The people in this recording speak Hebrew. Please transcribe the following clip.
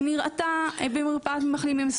שהיא מאוד מורכבת ועל אף שהיא הייתה במרפאת מחלימים מסוימת,